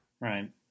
Right